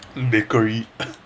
bakery